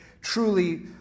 truly